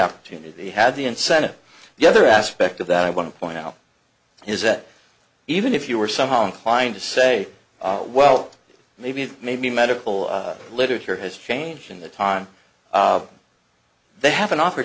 opportunity had the incentive the other aspect of that i want to point out is that even if you were somehow inclined to say well maybe maybe medical literature has changed in that time they haven't offered